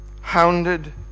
hounded